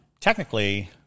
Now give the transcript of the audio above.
technically